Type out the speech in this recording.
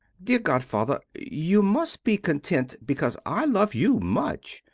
dear godfather, you must be content because i love you much.